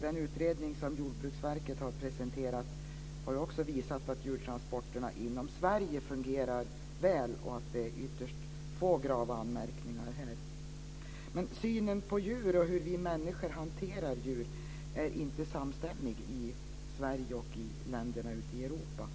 Den utredning som Jordbruksverket har presenterat visar också att djurtransporterna inom Sverige fungerar väl och att det är ytterst få grava anmärkningar här. Men synen på djur och hur vi människor hanterar djur är inte samstämmig i Sverige och i länderna ute i Europa.